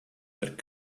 that